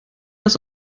aus